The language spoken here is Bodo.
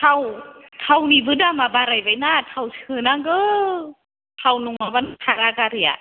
थाव थावनिबो दामा बारायबाय ना थाव सोनांगौ थाव नंङाबानो खारा गारिआ